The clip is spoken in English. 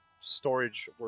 storage